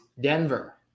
Denver